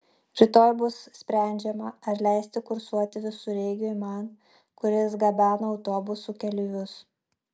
rytoj bus sprendžiama ar leisti kursuoti visureigiui man kuris gabena autobusų keleivius